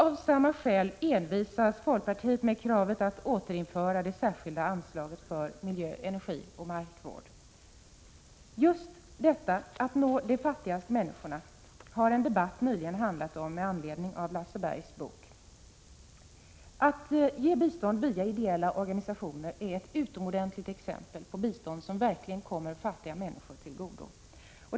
Av det skälet envisas folkpartiet med kravet att återinföra det särskilda anslaget för miljö, energi och markvård. Just detta att nå de fattigaste människorna har en debatt nyligen handlat om med anledning av Lasse Bergs bok. Att ge bistånd via ideella organisationer är ett utomordentligt exempel på bistånd som verkligen kommer fattiga människor till godo.